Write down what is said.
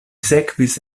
sekvis